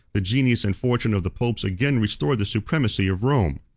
the genius and fortune of the popes again restored the supremacy of rome.